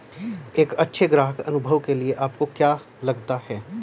एक अच्छे ग्राहक अनुभव के लिए आपको क्या लगता है?